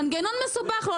מנגנון מסובך לו,